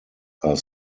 are